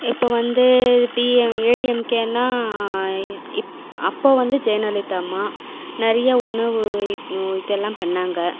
இப்போ வந்து டிஎம் ஏடிஎம்கேன்னா இப்ப அப்போ வந்து ஜெயலலிதா அம்மா நிறைய உணவு இதெல்லாம் பண்ணாங்க